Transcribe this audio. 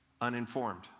Uninformed